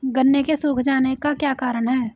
गन्ने के सूख जाने का क्या कारण है?